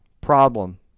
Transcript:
problem